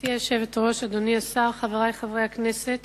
גברתי היושבת-ראש, אדוני השר, חברי חברי הכנסת,